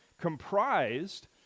Comprised